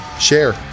Share